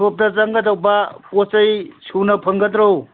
ꯎꯁꯣꯞꯇ ꯆꯪꯒꯗꯧꯕ ꯄꯣꯠ ꯆꯩ ꯁꯨꯅ ꯐꯪꯒꯗ꯭ꯔꯣ